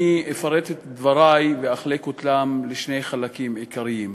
אני אפרט את דברי ואחלק אותם לשני חלקים עיקריים: